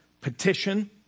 petition